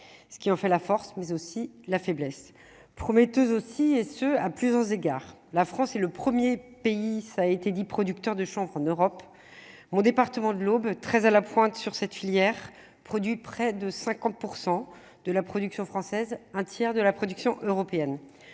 ce qui fait la force, mais aussi la faiblesse prometteuse aussi, et ce à plusieurs égards la France est le 1er pays, ça a été dit, producteur de chanvre en Europe, mon département de l'Aube, très à la pointe sur cette filière produit près de 50 % de la production française, un tiers de la production européenne